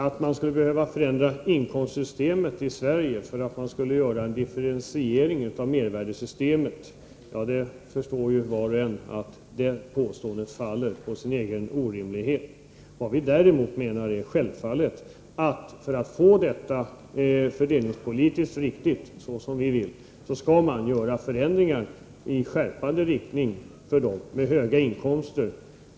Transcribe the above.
Att man skulle behöva förändra inkomstsystemet i Sverige för att kunna införa en differentiering av mervärdeskattesystemet är ett påstående som faller på sin egen orimlighet — det förstår var och en. Vi menar att man för att få de fördelningspolitiska effekterna skall göra förändringar i skärpande riktning för dem som har höga inkomster.